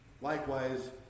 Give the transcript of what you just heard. Likewise